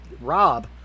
Rob